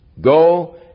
Go